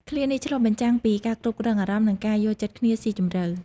ឃ្លានេះឆ្លុះបញ្ចាំងពីការគ្រប់គ្រងអារម្មណ៍ និងការយល់ចិត្តគ្នាសុីជម្រៅ។